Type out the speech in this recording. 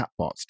chatbots